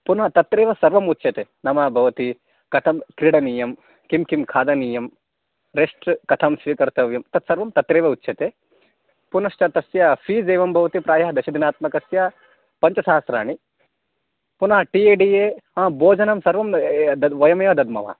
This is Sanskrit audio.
पुनः तत्रैव सर्वम् उच्यते नाम भवति कथं क्रीडनीयं किं किं खादनीयं रेस्ट् कथं स्वीकर्तव्यं तत्सर्वं तत्रैव उच्यते पुनश्च तस्य फ़ीस् एवं भवति प्रायः दशदिनात्मकस्य पञ्चसहस्राणि पुनः टि ए डि ए भोजनं सर्वं दद्म् वयमेव दद्मः